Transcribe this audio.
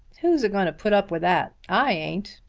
who's a going to put up with that? i ain't.